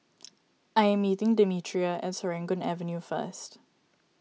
I am meeting Demetria at Serangoon Avenue first